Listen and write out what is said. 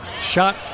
shot